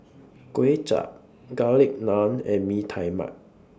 Kuay Chap Garlic Naan and Bee Tai Mak